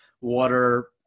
water